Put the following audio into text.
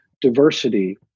diversity